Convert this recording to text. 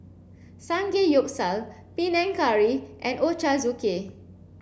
Samgeyopsal Panang Curry and Ochazuke